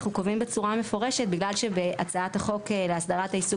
אנחנו קובעים בצורה מפורשת בגלל שבהצעת החוק להסדרת העיסוק